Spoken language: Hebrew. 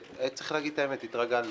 צריך להגיד את האמת, התרגלנו.